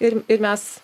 ir ir mes